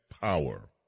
power